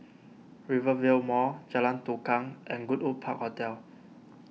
Rivervale Mall Jalan Tukang and Goodwood Park Hotel